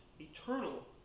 eternal